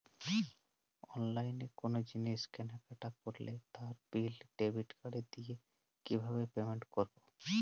অনলাইনে কোনো জিনিস কেনাকাটা করলে তার বিল ডেবিট কার্ড দিয়ে কিভাবে পেমেন্ট করবো?